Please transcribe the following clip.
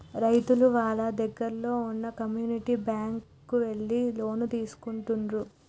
రైతులు వాళ్ళ దగ్గరల్లో వున్న కమ్యూనిటీ బ్యాంక్ కు ఎళ్లి లోన్లు తీసుకుంటుండ్రు